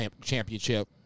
Championship